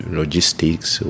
logistics